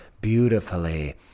beautifully